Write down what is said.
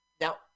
Now